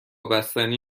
بستنی